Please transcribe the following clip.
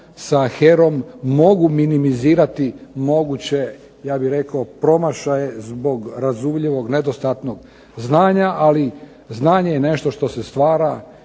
sa HERA-om mogu minimizirati ja bih rekao moguće promašaje zbog razumljivog nedostatnog znanja ali znanje je nešto što se stvara